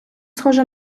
схоже